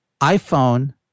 iPhone